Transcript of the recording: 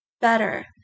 better